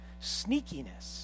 sneakiness